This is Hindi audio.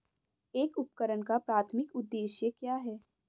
एक उपकरण का प्राथमिक उद्देश्य क्या है?